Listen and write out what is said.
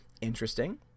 interesting